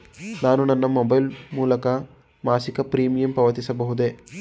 ನಾನು ನನ್ನ ಮೊಬೈಲ್ ಮೂಲಕ ಮಾಸಿಕ ಪ್ರೀಮಿಯಂ ಪಾವತಿಸಬಹುದೇ?